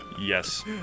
Yes